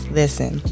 listen